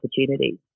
opportunities